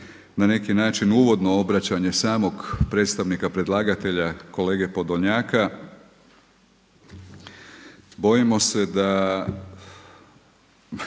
na neki način uvodno obraćanje samog predstavnika predlagatelja, kolege Podolnjaka, bojimo se da